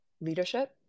leadership